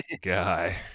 guy